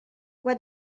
what